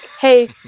hey